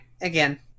again